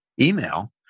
email